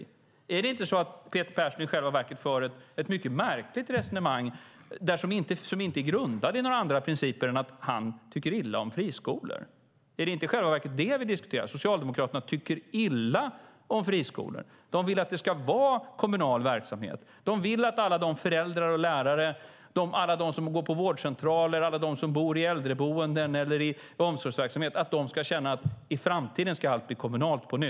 För inte Peter Persson i själva verket ett mycket märkligt resonemang som inte är grundat i några andra principer än att han tycker illa om friskolor? Är det inte i själva verket det som vi diskuterar, alltså att Socialdemokraterna tycker illa om friskolor? De vill att det ska vara kommunal verksamhet. De vill att alla föräldrar och lärare, alla som går till vårdcentraler och alla som bor i äldreboenden eller i omsorgsverksamhet ska känna att allt på nytt ska bli kommunalt i framtiden.